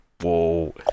Whoa